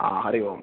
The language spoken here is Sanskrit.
आ हरि ओम्